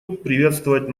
приветствовать